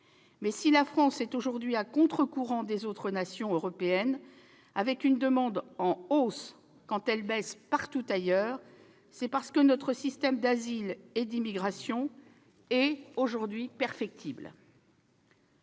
Mais si la France est aujourd'hui à contre-courant des autres nations européennes, avec une demande en hausse quand celle-ci baisse partout ailleurs, c'est parce que notre système d'asile et d'immigration est perfectible.